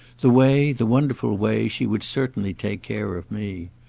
the way, the wonderful way, she would certainly take care of me.